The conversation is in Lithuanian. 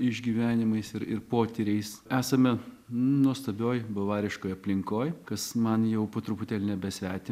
išgyvenimais ir potyriais esame nuostabioj bavariškoj aplinkoj kas man jau po truputėlį nebesveti